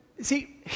see